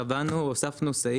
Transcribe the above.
קבענו הוספנו סעיף.